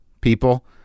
People